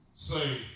Say